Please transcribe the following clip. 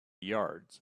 yards